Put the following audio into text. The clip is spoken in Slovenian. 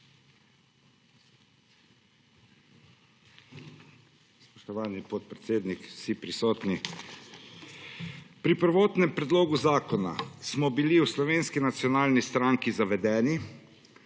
Pri prvotnem predlogu zakona smo bili v Slovenski nacionalni stranki zavedeni